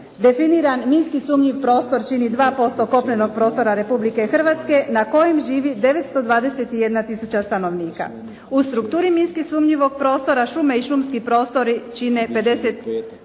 Definiran minski sumnjiv prostor čini 2% kopnenog prostora Republike Hrvatske na kojem živi 921000 stanovnika. U strukturi minski sumnjivog prostora šume i šumski prostori čine 58,4%,